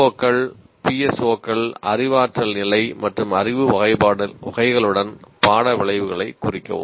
PO கள் PSO கள் அறிவாற்றல் நிலை மற்றும் அறிவு வகைகளுடன் பாட விளைவுகளை குறிக்கவும்